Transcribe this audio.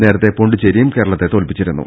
നേരത്തെ പോണ്ടിച്ചേരിയും കേരളത്തെ തോൽപിച്ചിരുന്നു